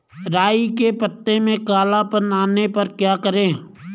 राई के पत्तों में काला पन आने पर क्या करें?